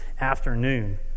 afternoon